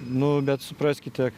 nu bet supraskite